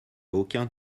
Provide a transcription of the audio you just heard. aucun